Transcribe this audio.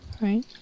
Right